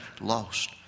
lost